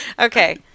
Okay